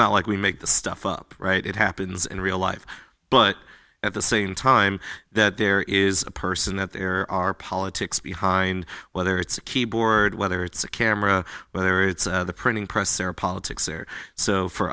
not like we make this stuff up right it happens in real life but at the same time that there is a person that there are politics behind whether it's a keyboard whether it's a camera whether it's a printing press or politics or so for